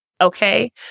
okay